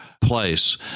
place